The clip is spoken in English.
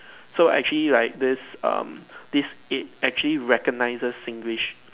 so actually like this um this aid actually recognizes Singlish